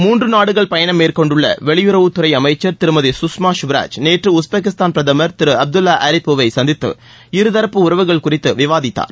மூன்று நாடுகள் பயணம் மேற்கொண்டுள்ள வெளியுறவுத்துறை அமைச்சர் திருமதி சுஷ்மா ஸ்வராஜ் நேற்று உஸ்பெகிஸ்தான் பிரதமர் திருஅப்துல்லா அரிப்போவை சந்தித்து இருதரப்பு உறவுகள் குறித்து விவாதித்தார்